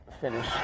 finish